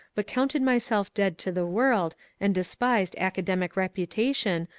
but counted my self dead to the world and despised academic reputation,